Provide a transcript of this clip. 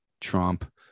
Trump